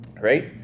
right